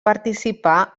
participà